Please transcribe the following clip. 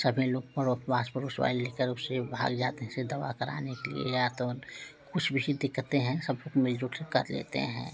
सभी लोग पड़ो आस पड़ोस वाले लेकर उसे बाहर जाते ऐसे दवा कराने के लिए या तो कुछ वैसी दिक्कतें हैं सब लोग मिलजुल के कर लेते हैं